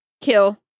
kill